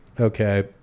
okay